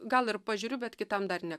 gal ir pažiūriu bet kitam dar ne